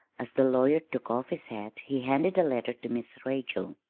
as the lawyer took off his hat he handed a letter to miss rachel.